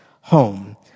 home